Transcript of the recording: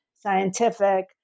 scientific